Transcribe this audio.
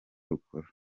rukora